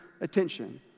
attention